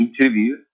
interview